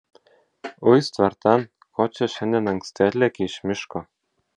uis tvartan ko čia šiandien anksti atlėkei iš miško